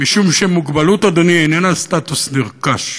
משום שמוגבלות, אדוני, איננה סטטוס נרכש,